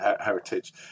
heritage